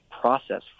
process